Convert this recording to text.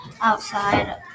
outside